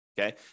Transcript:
okay